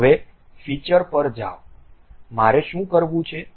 હવે ફિચર પર જાઓ મારે શું કરવું છે